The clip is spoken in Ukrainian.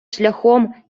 шляхом